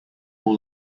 all